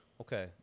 Okay